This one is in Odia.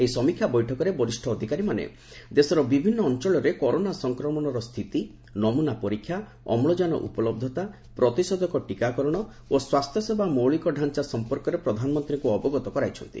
ଏହି ସମୀକ୍ଷା ବୈଠକରେ ବରିଷ୍ଣ ଅଧିକାରୀମାନେ ଦେଶର ବିଭିନ୍ନ ଅଞ୍ଚଳରେ କରୋନା ସଂକ୍ରମଣର ସ୍ଥିତି ନମୁନା ପରୀକ୍ଷା ଅମ୍ଳଜାନ ଉପଲହ୍ଧତା ପ୍ରତିଷେଧକ ଟିକାକରଣ ଓ ସ୍ୱାସ୍ଥ୍ୟସେବା ମୌଳିକଡାଞ୍ଚା ସମ୍ପର୍କରେ ପ୍ରଧାନମନ୍ତ୍ରୀଙ୍କ ଅବଗତ କରାଇଛନ୍ତି